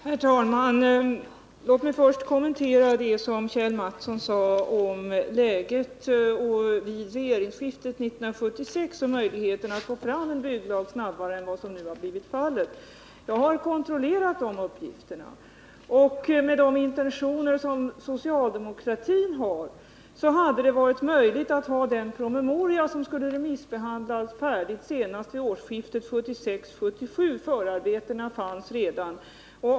Herr talman! Låt mig först kommentera vad Kjell Mattsson sade om läget vid regeringsskiftet 1976 och om möjligheterna att få fram en bygglag snabbare än vad som nu har blivit fallet. Jag har kontrollerat de uppgifterna. Med de intentioner som socialdemokratin hade, hade det varit möjligt att ha den promemoria som skulle remissbehandlas färdig senast vid årsskiftet 1976-1977; förarbetena fanns redan.